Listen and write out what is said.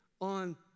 on